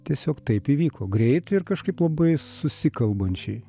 tiesiog taip įvyko greit ir kažkaip labai susikalbančiai